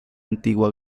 antigua